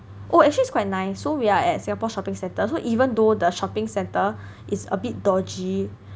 oh actually is quite nice so we are at Singapore shopping centre so even though the shopping centre is a bit dodgy